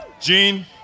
Gene